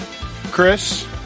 chris